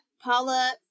Paula